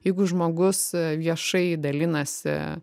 jeigu žmogus viešai dalinasi